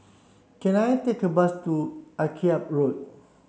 can I take a bus to Akyab Road